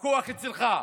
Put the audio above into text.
הכוח אצלך.